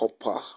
Hopper